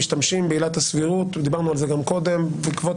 משתמשים בעילת הסבירות דיברנו על זה גם קודם - בעקבות